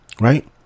right